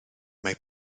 mae